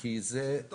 כי זה --- זה בטוב.